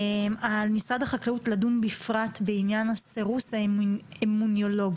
על משרד החקלאות לדון בפרט בעניין הסירוס האימונולוגי.